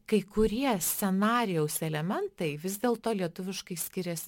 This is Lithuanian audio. kai kurie scenarijaus elementai vis dėlto lietuviškai skirias